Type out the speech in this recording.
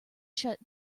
shut